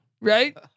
Right